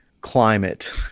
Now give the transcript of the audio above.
climate